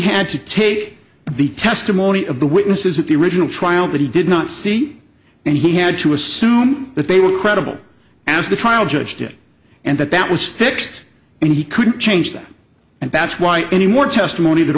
had to take the testimony of the witnesses at the original trial that he did not see and he had to assume that they were credible as the trial judge did and that that was fixed and he couldn't change that and that's why any more testimony that